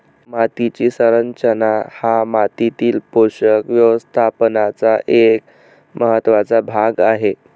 मातीची संरचना हा मातीतील पोषक व्यवस्थापनाचा एक महत्त्वाचा भाग आहे